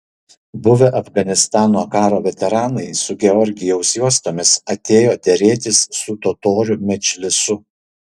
buvę afganistano karo veteranai su georgijaus juostomis atėjo derėtis su totorių medžlisu